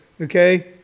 okay